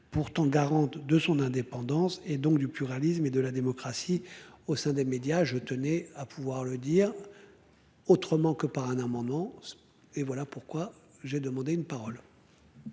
pourtant garante de son indépendance et donc du pluralisme et de la démocratie. Au sein des médias, je tenais à pouvoir le dire. Autrement que par un amendement. Et voilà pourquoi j'ai demandé une parole.